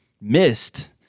missed